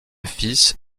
fils